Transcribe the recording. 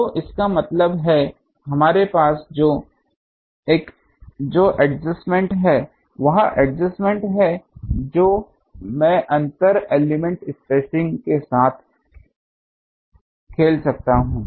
तो इसका मतलब है हमारे पास जो एडजस्टमेंट है वह एडजस्टमेंट है जो मैं अंतर एलिमेंट स्पेसिंग के साथ खेल सकता हूं